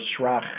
Shrach